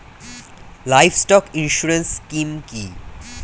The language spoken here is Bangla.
লাইভস্টক ইন্সুরেন্স স্কিম কি?